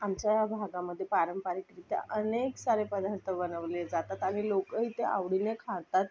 आमच्या या भागामध्ये पारंपरिकरित्या अनेक सारे पदार्थ बनवले जातात आणि लोकही ते आवडीने खातात